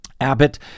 Abbott